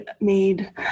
made